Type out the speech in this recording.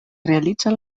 realitza